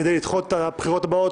כדי לדחות את הבחירות הבאות